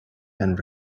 and